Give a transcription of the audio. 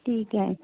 ਠੀਕ ਹੈ